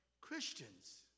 Christians